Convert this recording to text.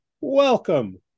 welcome